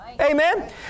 Amen